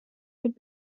could